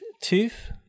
Tooth